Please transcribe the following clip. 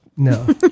No